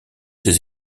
ses